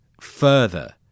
further